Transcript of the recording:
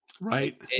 Right